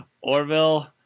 Orville